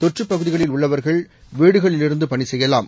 தொற்றப் பகுதிகளில் உள்ளவர்கள் வீடுகளில் இருந்து பணி செய்யலாம்